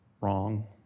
Wrong